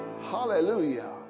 Hallelujah